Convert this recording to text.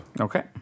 Okay